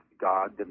God